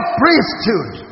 priesthood